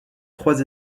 trois